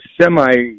Semi